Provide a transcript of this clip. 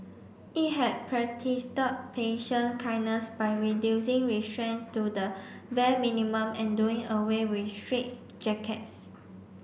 it had patient kindness by reducing restraints to the bare minimum and doing away with straitjackets